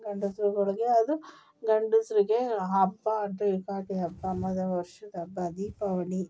ಗಂಡಸರುಗಳಿಗೆ ಅದು ಗಂಡಸರಿಗೆ ಹಬ್ಬ ಅಂದರೆ ಯುಗಾದಿ ಹಬ್ಬ ವರ್ಷದ ಹಬ್ಬ ದೀಪಾವಳಿ